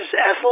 Ethel